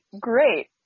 great